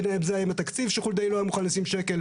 בין אם זה היה עם התקציב שחולדאי לא היה מוכן לשים שקל.